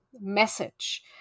message